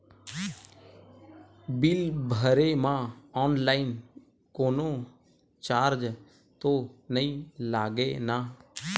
Bill भरे मा online कोनो चार्ज तो नई लागे ना?